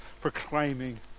proclaiming